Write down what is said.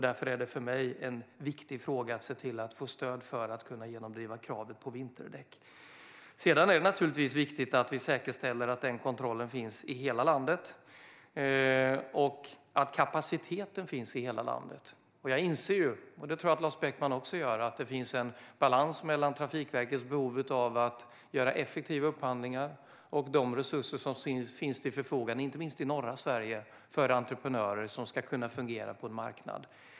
Därför är det viktigt för mig att se till att få stöd för att kunna genomdriva kravet på vinterdäck. Det är naturligtvis också viktigt att vi säkerställer att denna kontroll finns i hela landet samt att kapaciteten finns i hela landet. Jag inser - och jag tror att Lars Beckman också gör det - att det finns en balans mellan Trafikverkets behov av att göra effektiva upphandlingar och de resurser som finns till förfogande, inte minst i norra Sverige, för entreprenörer som ska kunna fungera på en marknad.